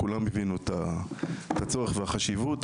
כולם הבינו את הצורך ואת החשיבות,